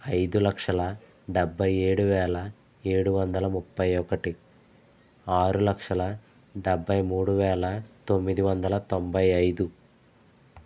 ఐదు లక్షల డెబ్భై ఏడు వేల ఏడు వందల ముప్పై ఒకటి ఆరు లక్షల డెబ్భై మూడు వేల తొమ్మిది వందల తొంభై ఐదు